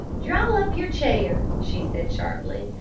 draw up your chair! she said sharply.